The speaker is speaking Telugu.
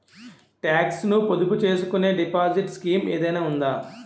టాక్స్ ను పొదుపు చేసుకునే డిపాజిట్ స్కీం ఏదైనా ఉందా?